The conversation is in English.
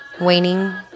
waning